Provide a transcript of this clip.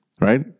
Right